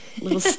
little